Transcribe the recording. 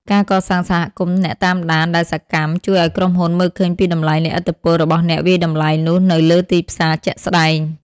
ការកសាងសហគមន៍អ្នកតាមដានដែលសកម្ម ជួយឱ្យក្រុមហ៊ុនមើលឃើញពីតម្លៃនៃឥទ្ធិពលរបស់អ្នកវាយតម្លៃនោះលើទីផ្សារជាក់ស្តែង។